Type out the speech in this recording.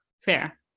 Fair